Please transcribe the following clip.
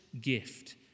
gift